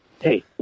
Hey